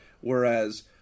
whereas